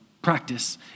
practice